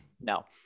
No